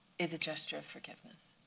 is a gesture of forgiveness.